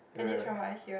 yeha yeah